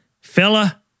fella